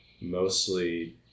mostly